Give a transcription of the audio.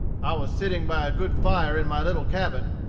i was sitting by a good fire in my little cabin,